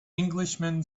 englishman